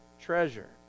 treasure